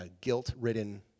guilt-ridden